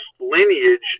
lineage